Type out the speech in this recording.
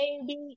baby